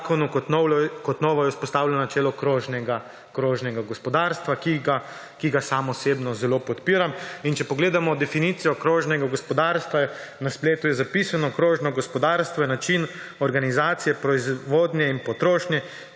Kot novo je vzpostavljeno načelo krožnega gospodarstva, ki ga sam osebno zelo podpiram. Če pogledamo definicijo krožnega gospodarstva, na spletu je zapisano, da krožno gospodarstvo je način organizacije, proizvodnje in potrošnje,